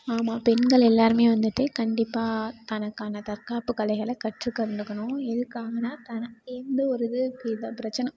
ஆமாம் பெண்கள் எல்லோருமே வந்துட்டு கண்டிப்பாக் தனக்கான தற்காப்பு கலைகளை கற்று கண்டுக்கணும் எதுக்காகனா தன் எந்த ஒரு இது ஏதா பிரச்சனை